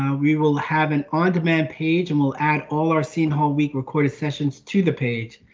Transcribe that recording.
we will have an on demand page and will add all arsene whole week recorded sessions to the page.